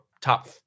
Top